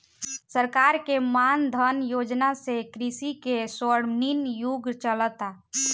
सरकार के मान धन योजना से कृषि के स्वर्णिम युग चलता